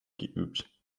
geübt